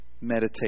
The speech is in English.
meditate